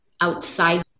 outside